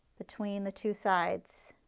between the two sides